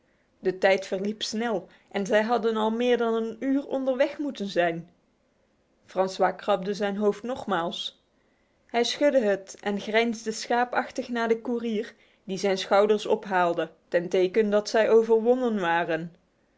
de tijd verliep snel en zij hadden al meer dan een uur onderweg moeten zijn francois krabde zijn hoofd nogmaals hij schudde het en grijnsde schaapachtig naar den koerier die zijn schouders ophaalde ten teken dat zij overwonnen waren